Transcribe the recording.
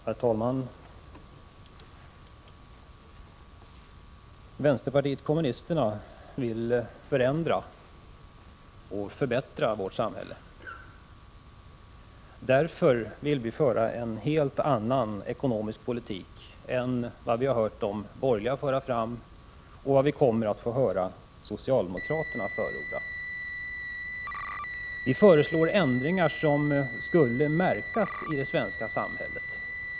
Herr talman! Vänsterpartiet kommunisterna vill förändra och förbättra vårt samhälle. Därför vill vi föra en helt annan ekonomisk politik än vad vi har hört de borgerliga föra fram och vad vi kommer att få höra socialdemokraterna förorda. Vi föreslår ändringar som skulle märkas i det svenska samhället.